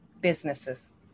Businesses